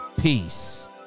Peace